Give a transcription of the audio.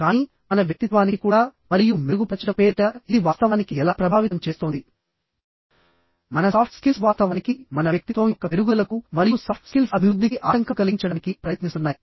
కానీ మన వ్యక్తిత్వానికి కూడా మరియు మెరుగుపరచడం పేరిట ఇది వాస్తవానికి ఎలా ప్రభావితం చేస్తోంది మన సాఫ్ట్ స్కిల్స్ వాస్తవానికి మన వ్యక్తిత్వం యొక్క పెరుగుదలకు మరియు సాఫ్ట్ స్కిల్స్ అభివృద్ధికి ఆటంకం కలిగించడానికి ప్రయత్నిస్తున్నాయి